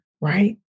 right